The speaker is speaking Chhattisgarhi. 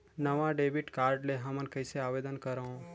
नवा डेबिट कार्ड ले हमन कइसे आवेदन करंव?